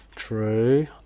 true